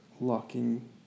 locking